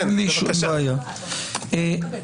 בבקשה, גלעד.